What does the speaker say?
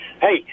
Hey